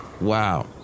Wow